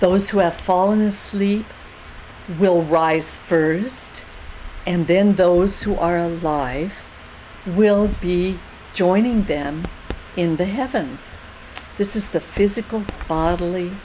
those who have fallen asleep will rise first and then those who are life will be joining them in the heavens this is the physical bodily